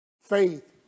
Faith